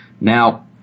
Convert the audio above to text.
Now